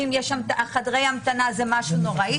חדרי ההמתנה זה משהו נוראי.